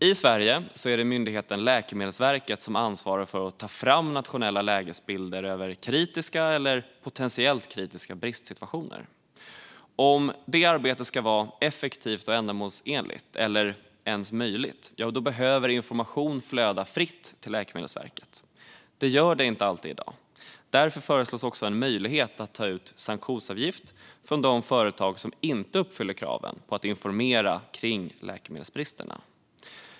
I Sverige är det myndigheten Läkemedelsverket som ansvarar för att ta fram nationella lägesbilder över kritiska eller potentiellt kritiska bristsituationer. Om det arbetet ska vara effektivt och ändamålsenligt, eller ens möjligt, behöver information flöda fritt till Läkemedelsverket. Det gör det inte alltid i dag. Därför föreslås också en möjlighet att ta ut sanktionsavgift från de företag som inte uppfyller kraven på att informera kring läkemedelsbristerna.